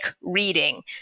reading